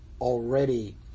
already